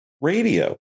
radio